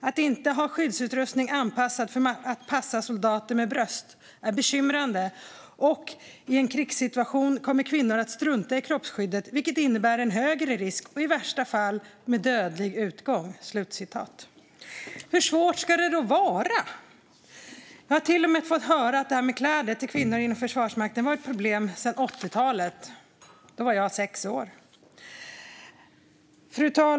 Att inte ha skyddsutrustning anpassad för att passa soldater med bröst är bekymrande och i en krigssituation kommer kvinnor att strunta i kroppsskyddet, vilket innebär en högre risk och i värsta fall med dödlig utgång." Hur svårt ska det då vara? Jag har till och med fått höra att detta med kläder till kvinnor inom Försvarsmakten varit ett problem sedan 1980-talet. År 1980 var jag sex år. Fru talman!